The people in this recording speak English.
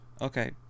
Okay